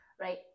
right